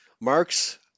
Marx